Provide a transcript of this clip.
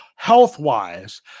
health-wise